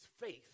faith